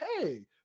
hey